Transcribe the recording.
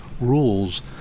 rules